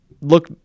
look